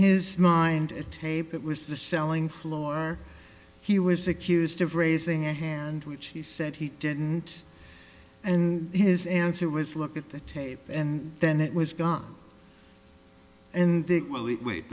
his mind a tape it was the selling floor he was accused of raising a hand which he said he didn't and his answer was look at the tape and then it was gone and